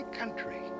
country